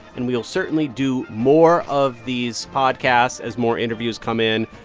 and we'll certainly do more of these podcasts as more interviews come in,